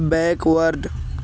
backward